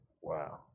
Wow